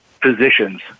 positions